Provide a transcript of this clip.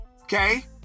okay